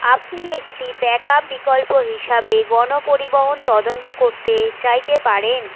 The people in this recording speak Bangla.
আপনি একটি ব্যাকআপ বিকল্প হিসাবে গণপরিবহণ তদন্ত করতে চাইতে পারেন